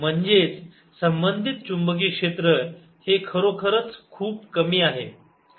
म्हणजेच संबंधित चुंबकीय क्षेत्र हे खरोखरच खूप कमी आहे